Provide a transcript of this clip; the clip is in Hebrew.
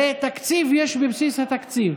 הרי תקציב יש בבסיס התקציב.